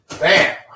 Bam